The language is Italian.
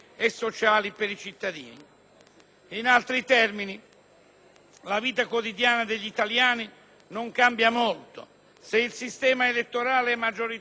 la vita quotidiana degli italiani non cambia molto se il sistema elettorale maggioritario proporzionale è alla tedesca o alla spagnola,